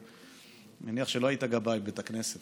אני מניח שלא היית גבאי בבית הכנסת